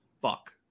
Fuck